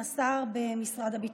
השר במשרד הביטחון.